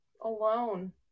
Alone